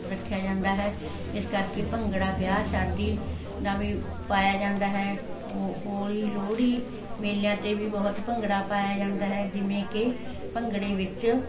ਰੱਖਿਆ ਜਾਂਦਾ ਹੈ ਇਸ ਕਰਕੇ ਭੰਗੜਾ ਵਿਆਹ ਸ਼ਾਦੀ ਦਾ ਵੀ ਪਾਇਆ ਜਾਂਦਾ ਹੈ ਉਹ ਹੋਲੀ ਲੋਹੜੀ ਮੇਲਿਆਂ 'ਤੇ ਵੀ ਬਹੁਤ ਭੰਗੜਾ ਪਾਇਆ ਜਾਂਦਾ ਹੈ ਜਿਵੇਂ ਕਿ ਭੰਗੜੇ ਵਿੱਚ